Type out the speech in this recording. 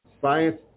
Science